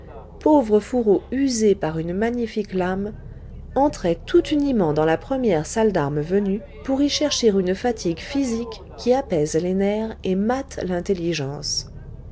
pauvre fourreau usé par une magnifique lame entrait tout uniment dans la première salle d'armes venue pour y chercher une fatigue physique qui apaise les nerfs et mate l'intelligence